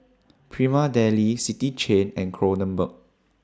Prima Deli City Chain and Kronenbourg